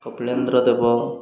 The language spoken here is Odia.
କପିଳେନ୍ଦ୍ର ଦେବ